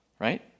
Right